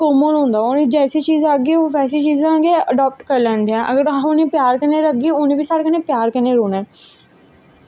common होंदा उनेंगी जैसी चीज़ां आखगे ओह् बैसी चीज़ां गै अड़ाप्ट करी लैंदे ऐं अगर तुस उनेंगी प्यार कन्नैं रखगे उनें साढ़े कन्नैं प्यार कन्नैं रौह्नां ऐ